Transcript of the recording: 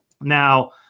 Now –